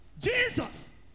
Jesus